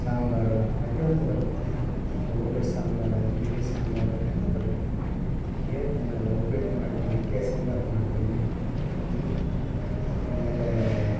ಸಾಂಬಾರು ಪ್ರತಿಯೊಂದು ಬರುತ್ತೆ ಊಟದ ಸಾಂಬಾರು ಇಡ್ಲಿ ಸಾಂಬಾರು ಎಲ್ಲ ಬರುತ್ತೆ ಏನು ತೊಂದರೆಯಿಲ್ಲ ಉಪ್ಪಿಟ್ಟು ಮಾಡ್ತೀನಿ ಕೇಸರಿಬಾತ್ ಮಾಡ್ತೀನಿ ಆಮೇಲೆ